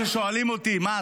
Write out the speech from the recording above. כששואלים אותי: מה,